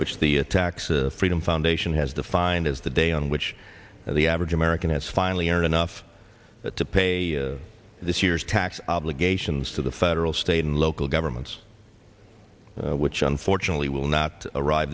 which the attacks of freedom foundation has defined as the day on which the average american has finally earn enough to pay this year's tax obligations to the federal state and local governments which unfortunately will not arrive